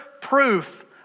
proof